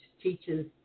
teaches